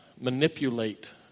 manipulate